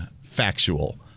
factual